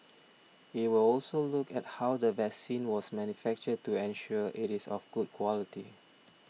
it will also look at how the vaccine was manufactured to ensure it is of good quality